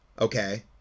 Okay